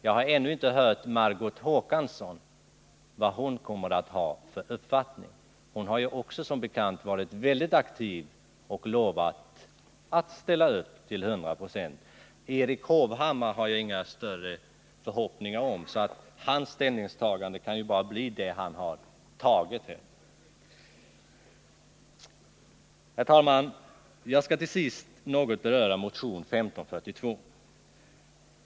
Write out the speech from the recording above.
Jag har ännu inte hört vad Margot Håkansson har för uppfattning. Hon har också, som bekant, varit mycket aktiv och lovat att ställa upp till 100 26. Erik Hovhammar har jag inga större förhoppningar om. Hans ställningstagande kan bara bli det han redan nu bestämt sig för. Herr talman! Jag skall till sist något beröra motion 1542.